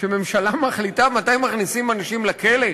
שממשלה מחליטה מתי מכניסים אנשים לכלא?